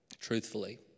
truthfully